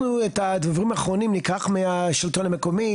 אנחנו את הדברים האחרונים ניקח מהשלטון המקומי,